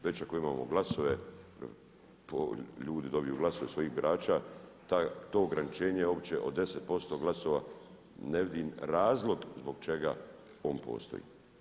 Već ako imamo glasove, ljudi dobiju glasove svojih birača to ograničenje uopće od 10% glasova ne vidim razlog zbog čega on postoji.